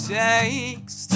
takes